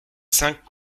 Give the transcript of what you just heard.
cinq